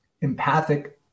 empathic